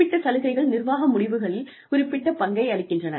குறிப்பிட்ட சலுகைகள் நிர்வாக முடிவுகளில் குறிப்பிட்ட பங்கை அளிக்கின்றன